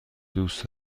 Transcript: دوست